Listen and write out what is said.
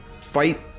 fight